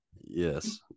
yes